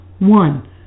One